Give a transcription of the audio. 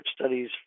studies